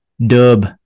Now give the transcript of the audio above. Dub